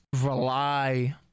rely